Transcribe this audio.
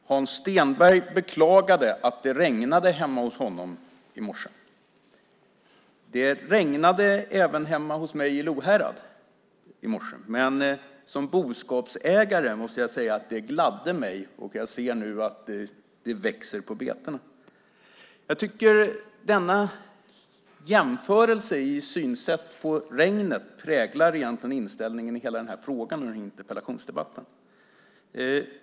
Herr talman! Hans Stenberg beklagade att det regnade hemma hos honom i morse. De regnade även hemma hos mig i Lohärad i morse. Men som boskapsägare måste jag säga att det gladde mig. Jag ser nu att det växer på betena. Denna jämförelse i synsätt på regnet präglar egentligen inställningen i hela den här frågan och interpellationsdebatten.